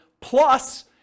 plus